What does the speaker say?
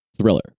thriller